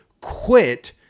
quit